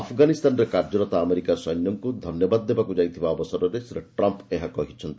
ଆଫନାଗିସ୍ତାନରେ କାର୍ଯ୍ୟରତ ଆମେରିକା ସୈନ୍ୟଙ୍କୁ ଧନ୍ୟବାଦ ଦେବାକୁ ଯାଇଥିବା ଅବସରରେ ଶ୍ରୀ ଟ୍ରମ୍ପ୍ ଏହା କହିଛନ୍ତି